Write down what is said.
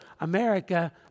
America